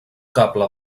cable